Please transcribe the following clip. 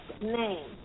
name